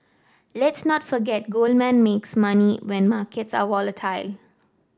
let's not forget Goldman makes money when markets are volatile